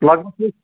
لگبگ